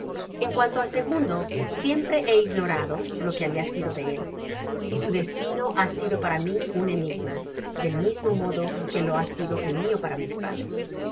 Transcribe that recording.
en cuanto al segundo siempre he ignorado lo que habia sido de él y su deslino ha sido para mi un enigma del mismo modo que lo ba sido el mio para mis padres